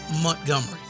Montgomery